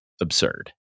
absurd